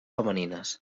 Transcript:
femenines